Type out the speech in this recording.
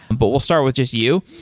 but we'll start with just you.